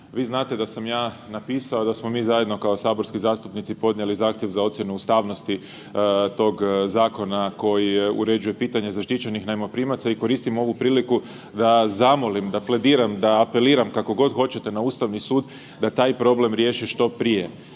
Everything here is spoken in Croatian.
vi znate da sam ja napisao da smo mi zajedno kao saborski zastupnici podnijeli zahtjev za ocjenu ustavnosti tog zakona koji uređuje pitanje zaštićenih najmoprimaca i koristim ovu priliku da zamolim, da plediram, da apeliram, kako god hoćete, na Ustavni sud da taj problem riješi što prije.